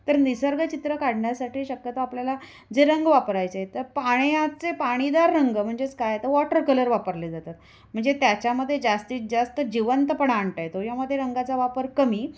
तर निसर्ग चित्र काढण्यासाठी शक्यतो आपल्याला जे रंग वापरायचे आहे तर पाण्याचे पाणीदार रंग म्हणजेच काय तर वॉटर कलर वापरले जातात म्हणजे त्याच्यामध्ये जास्तीत जास्त जिवंतपणा आणता येतो यामध्ये रंगाचा वापर कमी